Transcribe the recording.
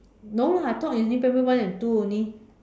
no lah I thought in primary one and two only